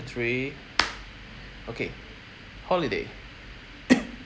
three okay holiday